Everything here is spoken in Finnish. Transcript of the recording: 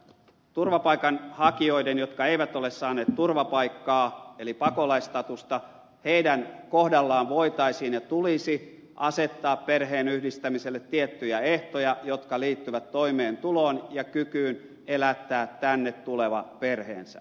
turvapaikanhakijoiden kohdalla jotka eivät ole saaneet turvapaikkaa eli pakolaisstatusta voitaisiin ja tulisi asettaa perheenyhdistämiselle tiettyjä ehtoja jotka liittyvät toimeentuloon ja kykyyn elättää heidän tänne tuleva perheensä